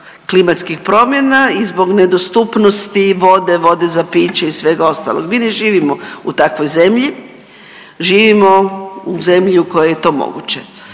klimatskih promjena i zbog nedostupnosti vode, vode za piće i svega ostaloga. Mi ne živimo u takvoj zemlji, živimo u zemlji u kojoj je to moguće.